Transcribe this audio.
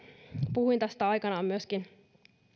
puhuin aikanaan